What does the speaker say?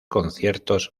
conciertos